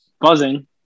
Buzzing